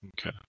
Okay